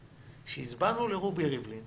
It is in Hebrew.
כשהצבענו לרובי ריבלין